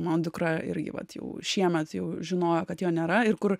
man dukra irgi vat jau šiemet jau žinojo kad jo nėra ir kur